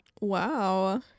Wow